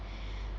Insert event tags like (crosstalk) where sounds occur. (breath)